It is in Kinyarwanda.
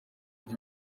ibyo